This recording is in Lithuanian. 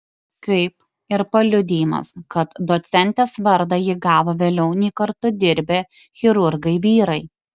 kaip ir paliudijimas kad docentės vardą ji gavo vėliau nei kartu dirbę chirurgai vyrai